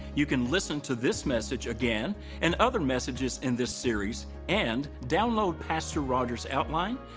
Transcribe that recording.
you can listen to this message again and other messages in this series, and download pastor rogers' outline,